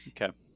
okay